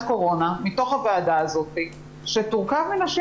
קורונה מתוך הוועדה הזאת שתורכב מנשים.